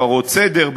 הפרות סדר,